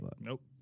nope